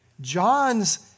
John's